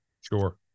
Sure